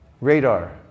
Radar